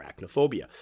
arachnophobia